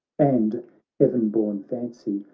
and heaven-born fancy,